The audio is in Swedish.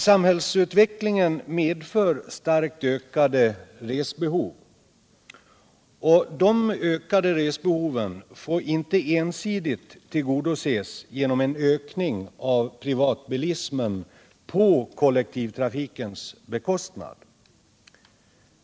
Samhällsutvecklingen medför starkt ökade resbehov, men dessa ökade resbehov får inte ensidigt tillgodoses genom en ökning av privatbilismen på kollektivtrafikens bekostnad.